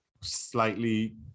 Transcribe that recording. slightly